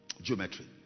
Geometry